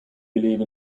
believe